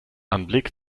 anblick